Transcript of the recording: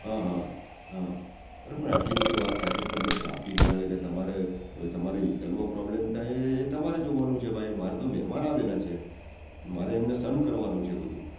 અંહં હં અરે પણ આટલી બધી વાર થતી હશે તમને ટ્રાફિક નડે કે તમારે તમારી વ્હિકલમાં પ્રોબ્લેમ થાય એ તમારે જોવાનું છે ભાઈ મારે તો મહેમાન આવેલા છે મારે એમને સર્વ કરવાનું છે બધું